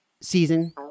season